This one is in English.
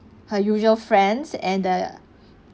her usual friends and the